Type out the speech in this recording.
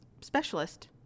specialist